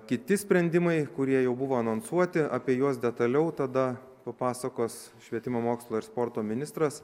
kiti sprendimai kurie jau buvo anonsuoti apie juos detaliau tada papasakos švietimo mokslo ir sporto ministras